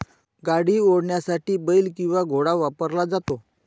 गाडी ओढण्यासाठी बेल किंवा घोडा वापरला जातो